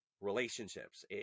relationships